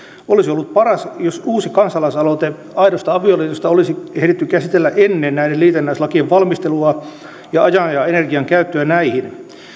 olisi ollut paras jos uusi kansalaisaloite aidosta avioliitosta olisi ehditty käsitellä ennen näiden liitännäislakien valmistelua ja olisi laitettu ajan ja energian käyttöä näihin